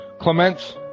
Clements